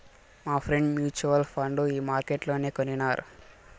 మాఫ్రెండ్ mutual fund ఈ మార్కెట్లనే కొనినారు